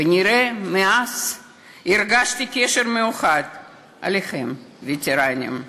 כנראה מאז הרגשתי קשר מיוחד אליכם, וטרנים.